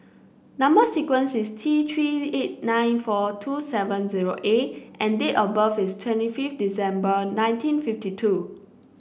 number sequence is T Three eight nine four two seven zero A and date of birth is twenty fifth December nineteen fifty two